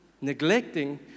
neglecting